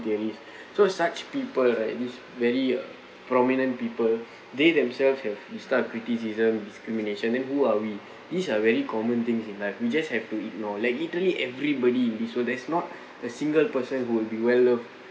theories so such people right these very prominent people they themselves have start criticism discrimination then who are we these are very common things in life we just have to ignore like literally everybody in world there's not a single person who will be well loved